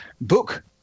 book